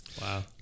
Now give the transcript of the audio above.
Wow